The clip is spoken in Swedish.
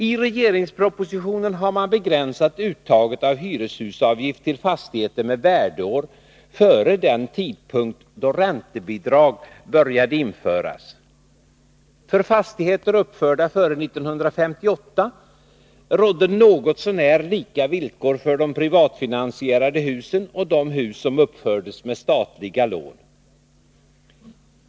I regeringspropositionen har man begränsat uttaget av hyreshusavgift till fastigheter med värdeår före den tidpunkt då räntebidrag började införas. För fastigheter uppförda före 1958 råder något så när lika villkor för de privatfinansierade husen och de hus som uppfördes med statliga lån.